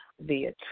via